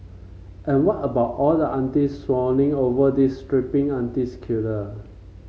and what about all the aunties swooning over these strapping aunties killer